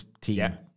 team